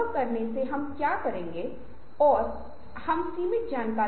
वास्तव में एक कवि ने हुलमे ने अपनी बहुत ही छोटी कविताओं में से एक में किया था